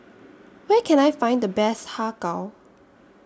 Where Can I Find The Best Har Kow